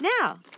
Now